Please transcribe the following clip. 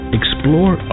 explore